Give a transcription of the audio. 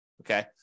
okay